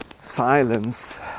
silence